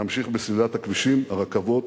להמשיך בסלילת הכבישים, הרכבות,